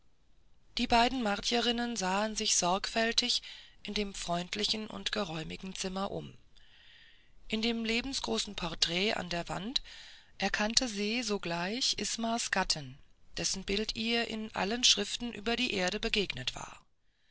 die beiden martierinnen sahen sich sorgfältig in dem freundlichen und geräumigen zimmer um in dem lebensgroßen porträt an der wand erkannte se sogleich ismas gatten dessen bild ihr in allen schriften über die erde begegnet war